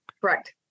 Correct